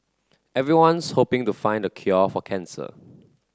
everyone's hoping to find the cure for cancer